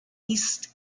east